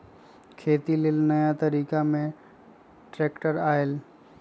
खेती लेल नया तरिका में ट्रैक्टर आयल